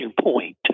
point